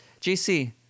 JC